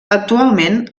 actualment